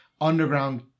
underground